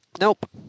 Nope